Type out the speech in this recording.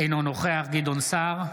אינו נוכח גדעון סער,